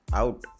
out